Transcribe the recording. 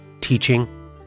teaching